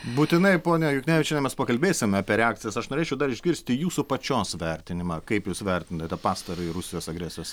būtinai ponia juknevičiene mes pakalbėsime apie reakcijas aš norėčiau dar išgirsti jūsų pačios vertinimą kaip jūs vertinate pastarąjį rusijos agresijos